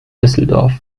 düsseldorf